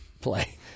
play